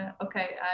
okay